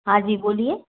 हाँ जी बोलिए